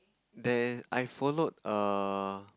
then I followed err